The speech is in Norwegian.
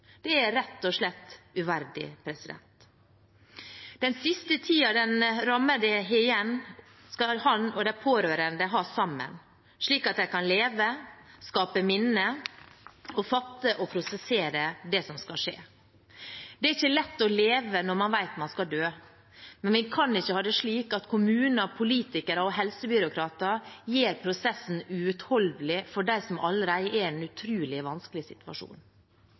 Det er rett og slett uverdig. Den siste tiden den rammede har igjen, skal han/hun og de pårørende ha sammen, slik at de kan leve, skape minner og fatte og prosessere det som skal skje. Det er ikke lett å leve når man vet at man skal dø, men vi kan ikke ha det slik at kommuner, politikere og helsebyråkrater gjør prosessen uutholdelig for dem som allerede er i en utrolig vanskelig situasjon.